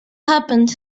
happened